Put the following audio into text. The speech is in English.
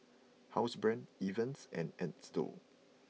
Housebrand Evian and Xndo